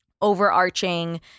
overarching